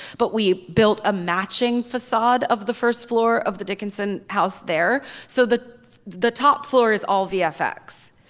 but we built a matching facade of the first floor of the dickinson house there. so the the top floor is all vfx.